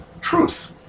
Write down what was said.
truth